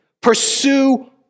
pursue